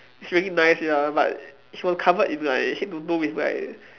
it's really nice ya but if you're covered in like head to toe with like